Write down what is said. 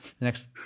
next